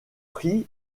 prit